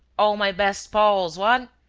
all my best pals, what?